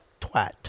Twat